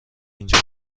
اینجا